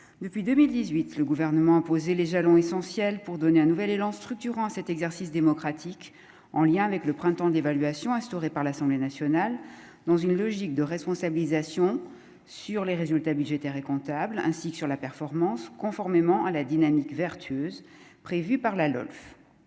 depuis 2018, le gouvernement a posé les jalons essentiels pour donner un nouvel élan structurant à cet exercice démocratique en lien avec le printemps d'évaluation instaurée par l'Assemblée nationale dans une logique de responsabilisation sur les résultats budgétaires et comptables, ainsi que sur la performance, conformément à la dynamique vertueuse prévue par la LOLF